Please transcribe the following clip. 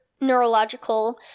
neurological